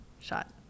shot